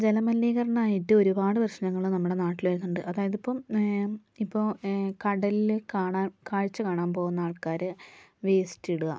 ജല മലിനീകരണം ആയിട്ട് ഒരുപാട് പ്രശ്നങ്ങൾ നമ്മുടെ നാട്ടിൽ വരുന്നുണ്ട് അതായത് ഇപ്പം ഇപ്പോൾ കടലിൽ കാണാൻ കാഴ്ച കാണാൻ പോകുന്ന ആൾക്കാർ വേസ്റ്റ് ഇടുക